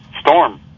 Storm